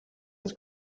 its